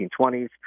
1920s